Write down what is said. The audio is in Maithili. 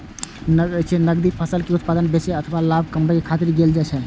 नकदी फसल के उत्पादन बेचै अथवा लाभ कमबै खातिर कैल जाइ छै